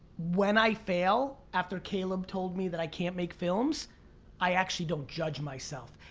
when i fail after caleb told me that i can't make films i actually don't judge myself.